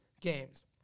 games